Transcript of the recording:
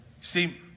See